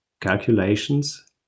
calculations